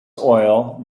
oil